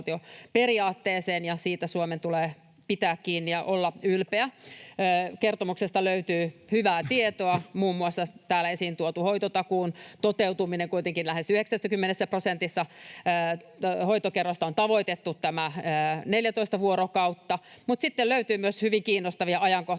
oikeusvaltioperiaatteeseen, ja siitä Suomen tulee pitää kiinni ja olla ylpeä. Kertomuksesta löytyy hyvää tietoa, muun muassa täällä esiin tuotu hoitotakuun toteutuminen. Kuitenkin lähes 90 prosentissa hoitokerroista on tavoitettu tämä 14 vuorokautta. Mutta sitten löytyy myös hyvin kiinnostavia ajankohtaisia